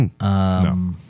No